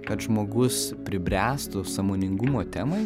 kad žmogus pribręstų sąmoningumo temai